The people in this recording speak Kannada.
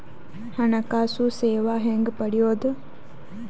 ಹಣಕಾಸು ಸೇವಾ ಹೆಂಗ ಪಡಿಯೊದ?